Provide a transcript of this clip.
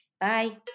Bye